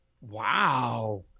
Wow